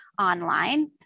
online